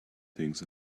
things